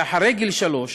ואחרי גיל שלוש